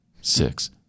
six